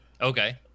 Okay